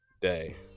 Day